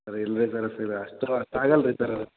sir ಇಲ್ಲರೀ sir sir ಅಷ್ಟು ಅಷ್ಟು ಆಗೋಲ್ರೀ ಸರ